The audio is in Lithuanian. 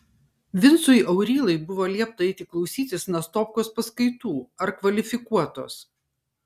vincui aurylai buvo liepta eiti klausytis nastopkos paskaitų ar kvalifikuotos